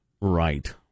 Right